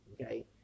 okay